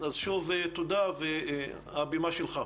שוב תודה והבמה שלך.